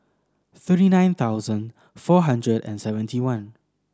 thirty nine thousand four hundred and seventy one